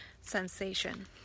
sensation